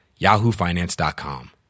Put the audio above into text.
yahoofinance.com